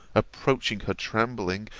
approached her trembling,